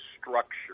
structure